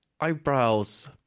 eyebrows